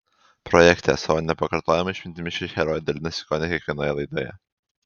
projekte savo nepakartojama išmintimi ši herojė dalinasi kone kiekvienoje laidoje